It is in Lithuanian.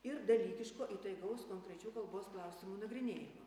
ir dalykiško įtaigaus konkrečių kalbos klausimų nagrinėjimo